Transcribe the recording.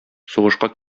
сугышка